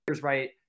right